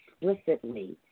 explicitly